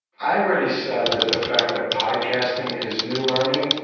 i already said that the fact that podcasting is new learning,